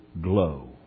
glow